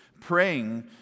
praying